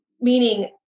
meaning